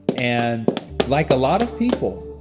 and like a lot of people,